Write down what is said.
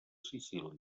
sicília